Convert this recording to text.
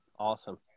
Awesome